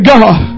God